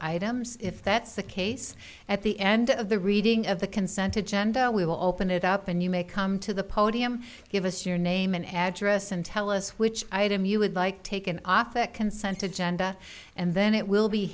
items if that's the case at the end of the reading of the consented gendall we will open it up and you may come to the podium give us your name and address and tell us which item you would like taken off that consented genda and then it will be